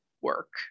work